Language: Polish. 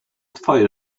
twoje